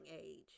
age